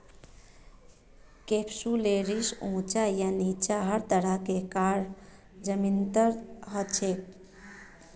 कैप्सुलैरिस ऊंचा या नीचा हर तरह कार जमीनत हछेक